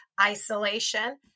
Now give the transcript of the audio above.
isolation